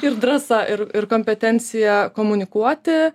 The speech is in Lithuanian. ir drąsa ir ir kompetencija komunikuoti